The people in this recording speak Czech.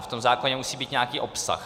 V tom zákoně musí být nějaký obsah.